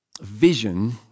vision